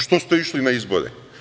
Što ste išli na izbore?